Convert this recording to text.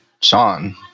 sean